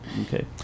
Okay